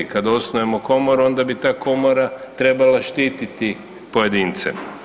Kad osnujemo komoru onda bi ta komora trebala štititi pojedince.